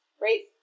Right